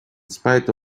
spite